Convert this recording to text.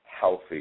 healthy